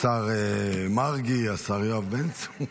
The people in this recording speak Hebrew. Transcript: השר מרגי, השר יואב בן צור.